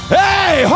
hey